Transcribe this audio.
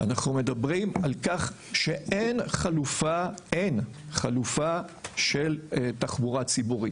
אנחנו מדברים על כך שאין חלופה אין חלופה של תחבורה ציבורית.